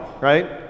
right